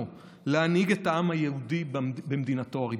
להנהיג את העם היהודי במדינתו הריבונית.